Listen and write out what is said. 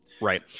Right